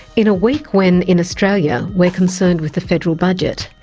in a week when in australia, we're concerned with the federal budget,